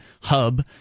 hub